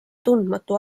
tundmatu